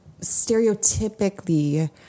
stereotypically